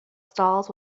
stalls